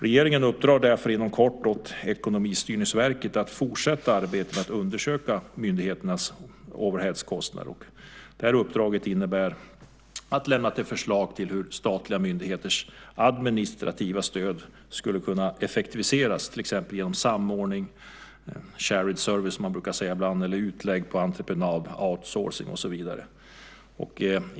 Regeringen uppdrar därför inom kort åt Ekonomistyrningsverket att fortsätta arbetet med att undersöka myndigheternas overheadkostnader. Det uppdraget innebär att lämna ett förslag till hur statliga myndigheters administrativa stöd skulle kunna effektiviseras till exempel genom samordning, share-it-service som man ibland säger, utlägg på entreprenad, outsourcing , och så vidare.